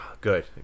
good